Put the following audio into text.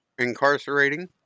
incarcerating